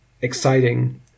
exciting